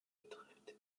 betrifft